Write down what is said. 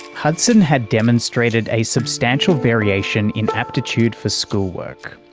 hudson had demonstrated a substantial variation in aptitude for school work.